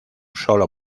solo